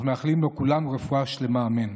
אנחנו מאחלים לו כולנו רפואה שלמה, אמן.